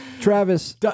Travis